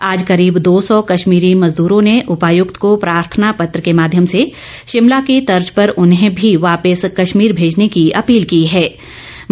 आज करीब दो सौ कश्मीरी मजद्रों ने उपायुक्त को प्रार्थना पत्र के माध्यम से शिमला की तर्जे पर उन्हें भी वापिस कश्मीर भेजने की अपील कीं